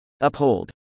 Uphold